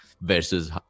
versus